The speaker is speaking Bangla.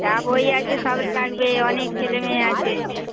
যা বই আছে সব লাগবে অনেক ছেলেমেয়ে আছে এখানে